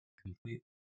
Complete